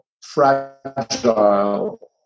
fragile